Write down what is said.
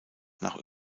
nach